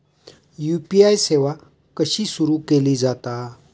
UPI सेवा कशी सुरू केली जाता?